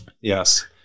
Yes